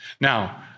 Now